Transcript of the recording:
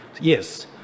yes